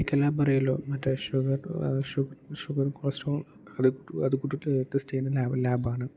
medical lab അറിയാമല്ലോ മറ്റേ sugar sugar cholesterol അതു കൂടിയിട്ട് ടെസ്റ്റ് ചെയ്യുന്ന ലാബാണ്